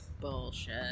Bullshit